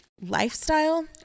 lifestyle